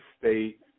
State